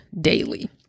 daily